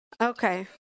Okay